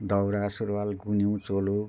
दौरा सुरुवाल गुन्यु चोलो